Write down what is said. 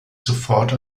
sofort